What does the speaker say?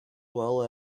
well